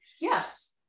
yes